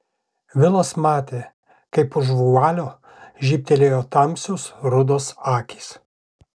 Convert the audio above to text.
vilas matė kaip už vualio žybtelėjo tamsios rudos akys